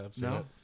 No